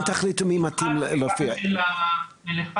עכשיו הם מופתעים.